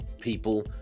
people